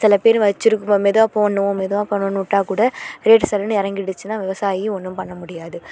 சிலப் பேர் வச்சுருக் மெதுவாக போடணும் மெதுவாக பண்ணணும் விட்டால்கூட ரேட்டு சல்லுன்னு இறங்கிடுச்சின்னா விவசாயி ஒன்றும் பண்ண முடியாது